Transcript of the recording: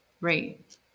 Right